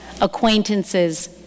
acquaintances